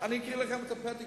אקריא לכם את הפתק,